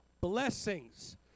blessings